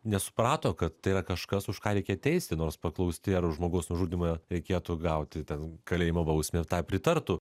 nesuprato kad tai yra kažkas už ką reikia teisti nors paklausti ar už žmogaus nužudymą reikėtų gauti ten kalėjimo bausmę ir tą pritartų